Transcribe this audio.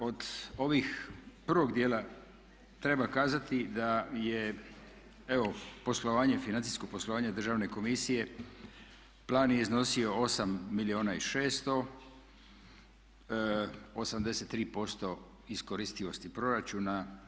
Od ovih prvog dijela treba kazati da je evo poslovanje, financijsko poslovanje Državne komisije, plan je iznosio milijuna i 600, 83% iskoristivosti proračuna.